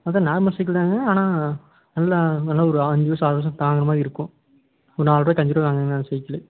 அதான் normal cycle தான்ங்க ஆனால் நல்லா நல்ல என்ன ஒரு அஞ்சு வருஷம் ஆறு வருஷம் தாங்குகிற மாதிரி இருக்கும் ஒரு நால்ரூபாக்கு அஞ்சுரூபா வாங்கினா சைக்கிளு